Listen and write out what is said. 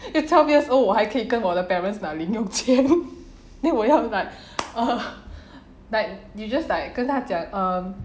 eh twelve years old 我还可以跟我的 parents 拿零有钱 then 我要 like like you just like 跟她讲 err